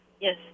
Yes